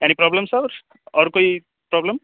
any problem sir اور کوئی problem